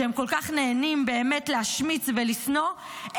שהם כל כך נהנים באמת להשמיץ ולשנוא,